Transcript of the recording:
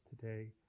today